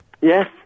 Yes